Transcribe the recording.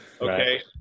Okay